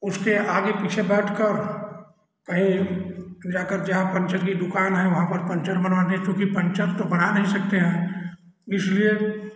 उसके आगे पीछे बैठकर कहीं जाकर जहाँ पंचर की दुकान है वहाँ पर पंचर बनवा दें क्योंकि पंचर तो बना नहीं सकते हैं इसलिए